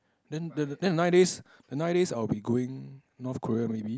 then then the nine days the nine days I'll be going North Korea maybe